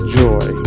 joy